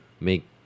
make